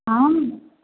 आं